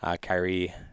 Kyrie